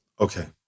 okay